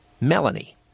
Melanie